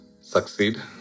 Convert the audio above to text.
succeed